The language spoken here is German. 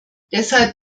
deshalb